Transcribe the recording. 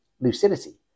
lucidity